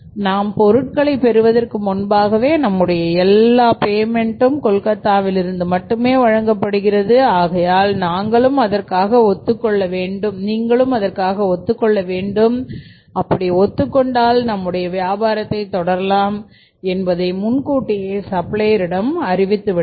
நாம் பொருட்களை பெறுவதற்கு முன்பாகவே நம்முடைய எல்லா பேமென்ட் கொல்கத்தாவிலிருந்து மட்டுமே வழங்கப்படுகிறது ஆகையால் நீங்களும் அதற்காக ஒத்துக்கொள்ள வேண்டும் அப்படி ஒத்துக் கொண்டால் நம்முடைய வியாபாரத்தை தொடர லாம் என்பதை முன்கூட்டியே சப்ளையர் இடம் அறிவித்துவிட வேண்டும்